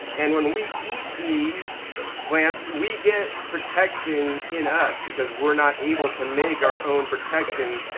and when we eat these plants, we get protection in us, because we're not able to make our own protection,